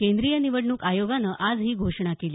केंद्रीय निवडणूक आयोगानं आज ही घोषणा केली